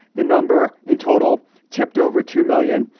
the number in total tipped over two million,